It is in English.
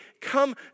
come